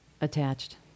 Attached